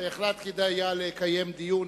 בהחלט כדאי היה לקיים דיון